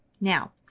Now